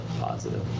positive